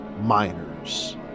miners